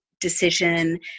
decision